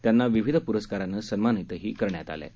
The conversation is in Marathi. त्यांना विविध प्रस्कारानं सन्मानित करण्यात आलं आहे